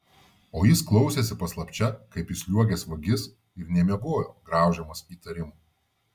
o jis klausėsi paslapčia kaip įsliuogęs vagis ir nemiegojo graužiamas įtarimų